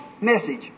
message